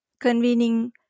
convening